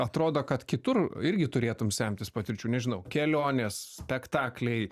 atrodo kad kitur irgi turėtum semtis patirčių nežinau kelionės spektakliai